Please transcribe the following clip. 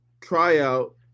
tryout